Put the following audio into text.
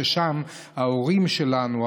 ששם ההורים שלנו,